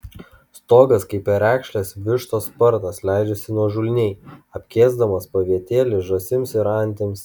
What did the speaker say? stogas kaip perekšlės vištos sparnas leidžiasi nuožulniai apkėsdamas pavietėlį žąsims ir antims